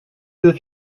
deux